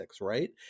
right